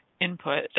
input